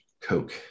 Coke